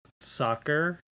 soccer